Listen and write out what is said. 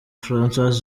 francois